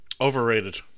Overrated